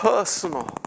Personal